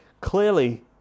clearly